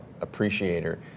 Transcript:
appreciator